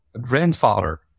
grandfather